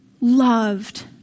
loved